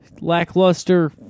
lackluster